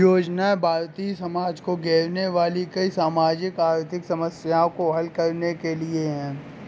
योजनाएं भारतीय समाज को घेरने वाली कई सामाजिक आर्थिक समस्याओं को हल करने के लिए है